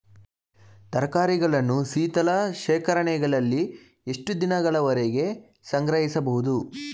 ತರಕಾರಿಗಳನ್ನು ಶೀತಲ ಶೇಖರಣೆಗಳಲ್ಲಿ ಎಷ್ಟು ದಿನಗಳವರೆಗೆ ಸಂಗ್ರಹಿಸಬಹುದು?